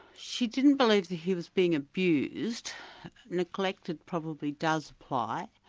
she didn't believe that he was being abused neglected probably does apply.